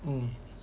mm